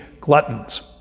gluttons